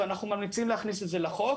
ואנחנו ממליצים להכניס את זה לחוק.